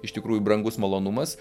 iš tikrųjų brangus malonumas